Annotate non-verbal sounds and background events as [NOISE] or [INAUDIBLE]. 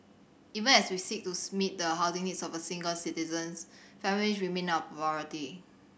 even as we seek to [UNINTELLIGIBLE] meet the housing needs of single citizens families remain our [UNINTELLIGIBLE]